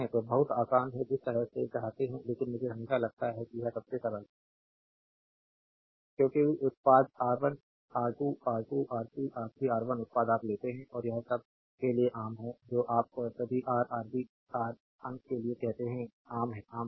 तो यह बहुत आसान है जिस तरह से चाहते हैं लेकिन मुझे हमेशा लगता है कि यह सबसे सरल है क्योंकि उत्पाद R1 R2 R2 R3 R3 R1 उत्पाद आप लेते हैं और यह सब के लिए आम है जो आप सभी रा आरबी आर अंक के लिए कहते हैं आम है आम है